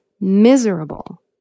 miserable